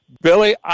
Billy